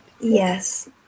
Yes